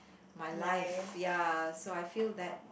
my life ya so I feel that